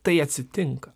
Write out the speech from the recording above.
tai atsitinka